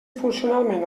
funcionalment